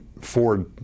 Ford